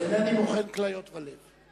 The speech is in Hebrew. אינני בוחן כליות ולב.